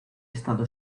estado